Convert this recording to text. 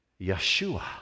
Yeshua